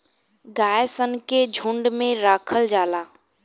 गाय सन के झुंड में राखल जाला